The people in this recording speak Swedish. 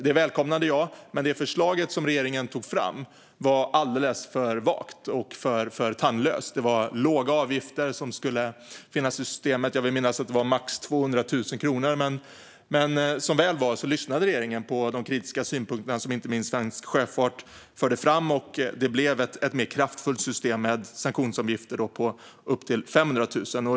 Det välkomnade jag, men det förslag som regeringen tog fram var alldeles för vagt och tandlöst. Det var låga avgifter som skulle finnas i systemet - jag vill minnas att det var max 200 000 kronor. Som väl var lyssnade regeringen på de kritiska synpunkter som inte minst svensk sjöfart förde fram, och det blev ett mer kraftfullt system med sanktionsavgifter på upp till 500 000 kronor.